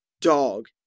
Dog